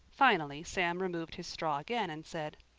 finally sam removed his straw again and said,